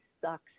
sucks